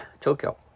tokyo